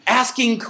asking